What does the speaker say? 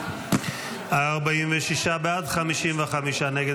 46 בעד, 55 נגד.